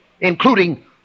including